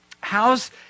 How's